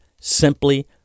simply